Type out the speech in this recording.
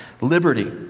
Liberty